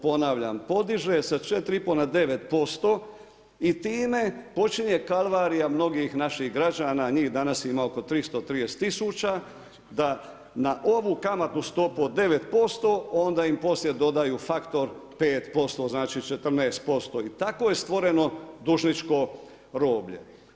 Ponavljam, podiže sa 4,5 na 9%, i time počinje kalvarija mnogih naših građana, njih danas imam 330 000 da na ovu kamatnu stopu od 9% onda im poslije dodaju faktor 5%, znači 14%, i tako je stvoreno dužničko roblje.